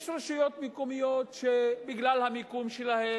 יש רשויות מקומיות שבגלל המיקום שלהן,